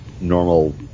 normal